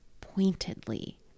pointedly